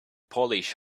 polish